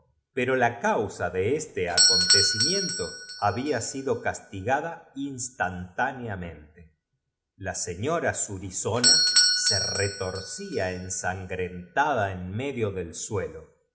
pero la causa do este acontecimiento había sido castig ada instan táneam ente la señora surizo na se retorc ía ensan grenta da en medio del suelo